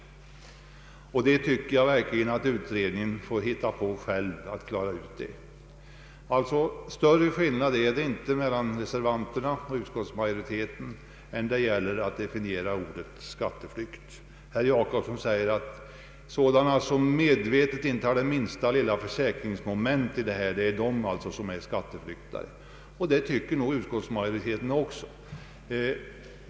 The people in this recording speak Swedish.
Jag anser att utredningen själv bör få klara ut den definitionen. Större skillnad är det inte mellan reservanterna och utskottsmajoriteten. Herr Jacobsson säger att de som medvetet inte har det minsta lilla försäkringsmoment med i bilden gör sig skyldiga till skatteflykt. Det tycker nog utskottsmajoriteten också.